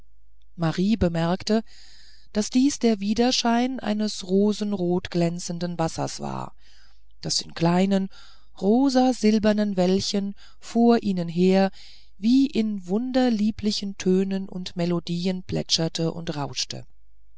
marie bemerkte daß dies der widerschein eines rosenrot glänzenden wassers war das in kleinen rosasilbernen wellchen vor ihnen her wie in wunderlieblichen tönen und melodien plätscherte und rauschte